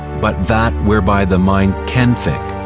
but that whereby the mind can think.